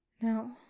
No